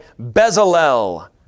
Bezalel